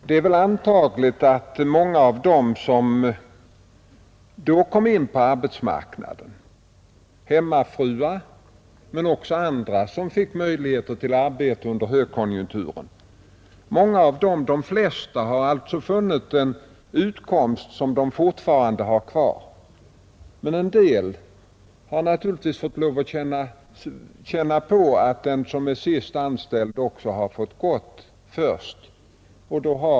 Det är väl antagligt att de flesta av dem — hemmafruar men även andra — som då kom in på arbetsmarknaden under högkonjunkturen fick en möjlighet till utkomst som de fortfarande har kvar. Men en del har naturligtvis fått känna på det förhållandet, att den sist anställde måste gå först.